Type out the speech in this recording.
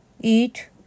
eat